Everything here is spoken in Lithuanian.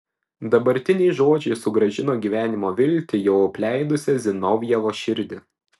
dabartiniai žodžiai sugrąžino gyvenimo viltį jau apleidusią zinovjevo širdį